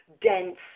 dense